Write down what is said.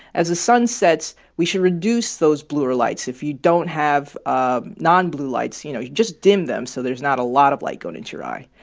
as the sun sets, we should reduce those bluer lights. if you don't have ah non-blue lights, you know, you just dim them so there's not a lot of light going into your eye.